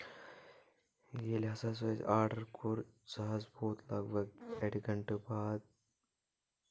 ییٚلہِ ہسا سُہ اَسہِ آڈر کوٚر سہُ حظ ووت لگ بگ اَڈِ گنٛٹہٕ باد